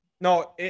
No